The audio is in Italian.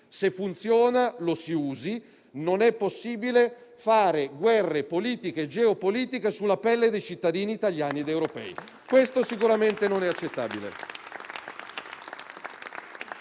se funziona, lo si usi; non è possibile fare guerre politiche e geopolitiche sulla pelle dei cittadini italiani ed europei: questo sicuramente non è accettabile.